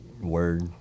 word